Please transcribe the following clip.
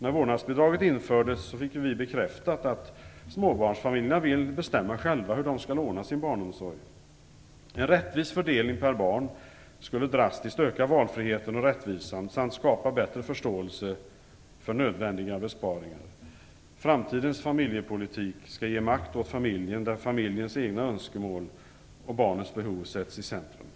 När vårdnadsbidraget infördes fick vi bekräftat att småbarnsfamiljerna vill bestämma själva hur de skall ordna sin barnomsorg. En rättvis fördelning per barn skulle drastiskt öka valfriheten och rättvisan samt skapa bättre förståelse för nödvändiga besparingar. Framtidens familjepolitik skall ge makt åt familjen där familjens egna önskemål och barnens behov sätts i centrum.